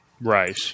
Right